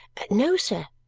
no, sir,